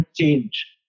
change